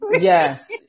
Yes